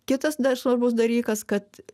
kitas dar svarbus dalykas kad